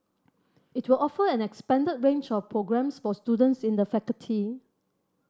it will offer an expanded range of programmes for students in the faculty